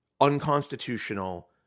unconstitutional